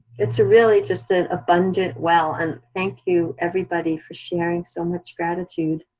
it's really just an abundant well, and thank you, everybody, for sharing so much gratitude.